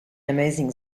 amazing